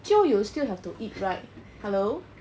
jio you still have to eat right hello